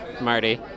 Marty